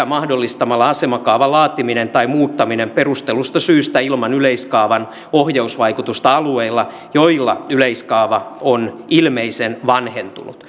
mahdollistamalla asemakaavan laatiminen tai muuttaminen perustellusta syystä ilman yleiskaavan ohjausvaikutusta alueilla joilla yleiskaava on ilmeisen vanhentunut